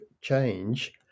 change